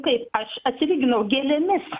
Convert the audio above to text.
kaip aš atsilyginau gėlėmis